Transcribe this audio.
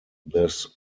this